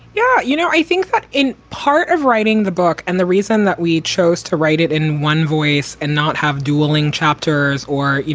yeah. you know, i think that in part of writing the book and the reason that we chose to write it in one voice and not have duelling chapters or, you